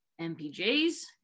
MPJ's